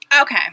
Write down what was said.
Okay